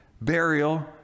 burial